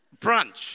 Brunch